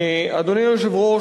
אדוני היושב-ראש,